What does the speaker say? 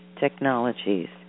technologies